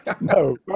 No